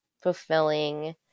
fulfilling